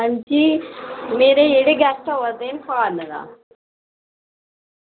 अंजी मेरे जेह्ड़े गेस्ट आवा दे फॉरेन दा